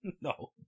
No